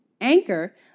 Anchor